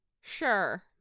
Sure